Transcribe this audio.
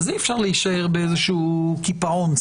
אי-אפשר להישאר באיזשהו קיפאון,